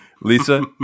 Lisa